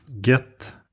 get